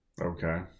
Okay